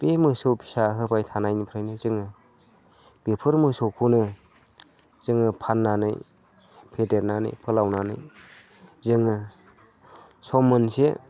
बे मोसौ फिसा होबाय थानायनिफ्रायनो जों बेफोर मोसौखौनो जोङो फाननानै फेदेरनानै फोलावनानै जोङो सम मोनसे